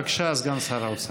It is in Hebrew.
בבקשה, סגן שר האוצר.